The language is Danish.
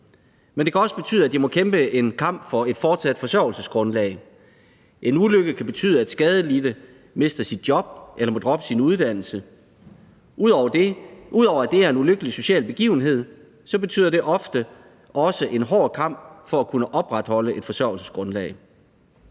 – dels kan det betyde, at de må kæmpe en kamp for et fortsat forsørgelsesgrundlag. En ulykke kan betyde, at den skadelidte mister sit job eller må droppe sin uddannelse. Ud over at det er en ulykkelig social begivenhed, betyder det ofte også en hård kamp for at kunne opretholde et forsørgelsesgrundlag.